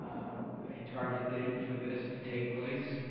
a target date for this to take place,